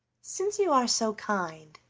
since you are so kind,